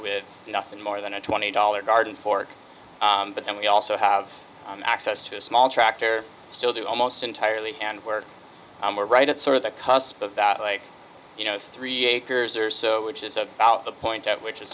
with nothing more than a twenty dollars garden fork but then we also have access to a small tractor still do almost entirely and where we are right it's sort of the cusp of that like you know three acres or so which is about the point at which